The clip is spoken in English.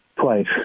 twice